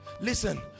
Listen